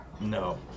No